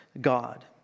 god